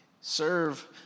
Serve